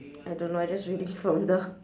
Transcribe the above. I don't know I just reading from the